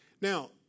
Now